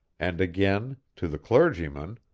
and again, to the clergyman,